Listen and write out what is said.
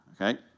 Okay